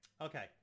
Okay